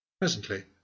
Presently